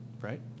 right